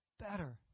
better